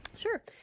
sure